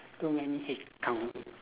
too many headcount